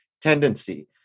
tendency